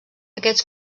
aquests